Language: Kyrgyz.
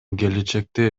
келечекте